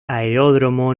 aeródromo